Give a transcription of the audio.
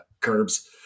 curbs